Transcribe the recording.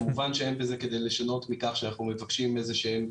כמובן שאין בזה כדי לשנות מכך שאנחנו מבקשים איזה שהן,